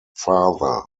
father